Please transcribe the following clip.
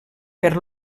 per